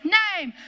name